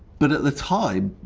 but at the time,